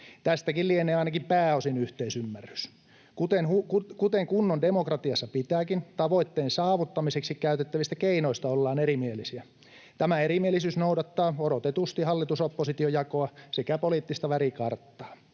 Tästäkin lienee ainakin pääosin yhteisymmärrys. Kuten kunnon demokratiassa pitääkin, tavoitteen saavuttamiseksi käytettävistä keinoista ollaan erimielisiä. Tämä erimielisyys noudattaa odotetusti hallitus—oppositio-jakoa sekä poliittista värikarttaa.